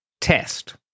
test